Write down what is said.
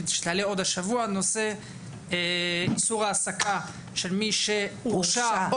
שתעלה עוד השבוע נושא איסור העסקה של מי שהורשע,